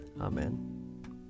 Amen